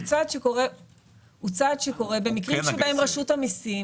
הוא צעד שקורה במקרים שבהם רשות המיסים